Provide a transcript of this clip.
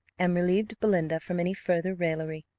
and relieved belinda from any further raillery.